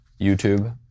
YouTube